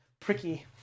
...pricky